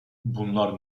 bunlar